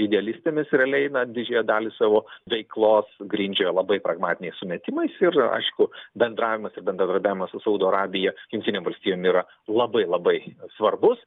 idealistėmis realiai na didžiąją dalį savo veiklos grindžia labai pragmatiniais sumetimais ir aišku bendravimas ir bendradarbiavimas su saudo arabija jungtinėm valstijom yra labai labai svarbus